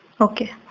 okay